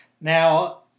Now